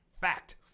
fact